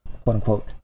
quote-unquote